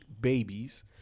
babies